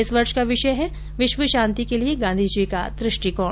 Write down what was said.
इस वर्ष का विषय है विश्व शांति के लिए गांधी जी का दृष्टिकोण